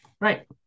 Right